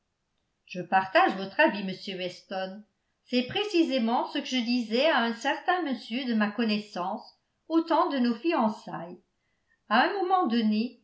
je partage votre avis monsieur weston c'est précisément ce que je disais à un certain monsieur de ma connaissance au temps de nos fiançailles à un moment donné